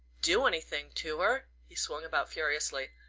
do anything to her? he swung about furiously.